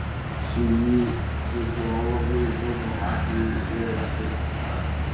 suicidologai daugumą atvejų sieja su imitacija